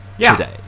today